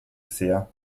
sehr